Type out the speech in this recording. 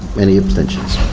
any abstentions?